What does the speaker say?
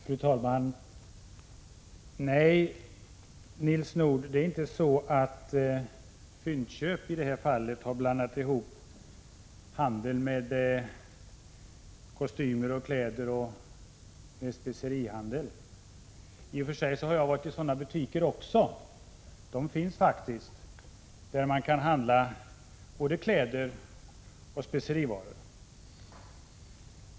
Fru talman! Nej, Nils Nordh, det är inte Fyndköp i detta fall som har blandat ihop handel med kläder och specerier. I och för sig har jag varit i sådana butiker också, det finns faktiskt ställen där man kan handla både kläder och specerivaror.